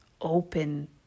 open